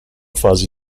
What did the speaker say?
fasi